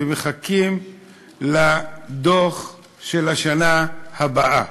ומחכים לדוח של השנה הבאה,